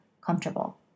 comfortable